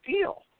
deal